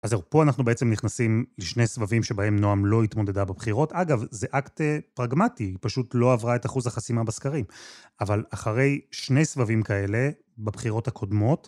אז זהו, פה אנחנו בעצם נכנסים לשני סבבים שבהם נועם לא התמודדה בבחירות. אגב, זה אקט פרגמטי, פשוט לא עברה את אחוז החסימה בסקרים. אבל אחרי שני סבבים כאלה, בבחירות הקודמות,